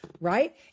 right